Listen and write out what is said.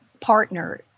partner